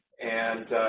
and,